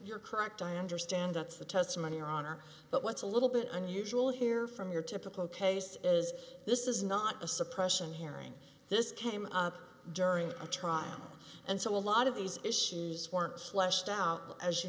cracked i understand that's the testimony your honor but what's a little bit unusual here from your typical case is this is not a suppression hearing this came up during a trial and so a lot of these issues weren't fleshed out as you